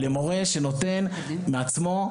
זה למורה שנותן מעצמו,